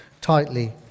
tightly